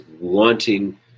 wanting